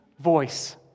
voice